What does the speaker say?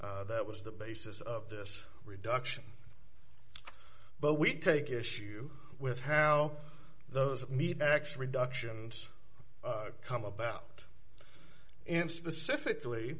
that that was the basis of this reduction but we take issue with how those meat ax reductions come about and specifically